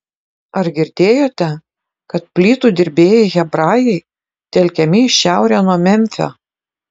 ar girdėjote kad plytų dirbėjai hebrajai telkiami į šiaurę nuo memfio